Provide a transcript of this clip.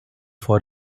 for